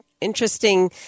interesting